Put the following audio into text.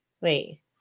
wait